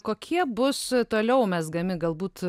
kokie bus toliau mezgami galbūt